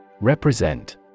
Represent